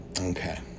Okay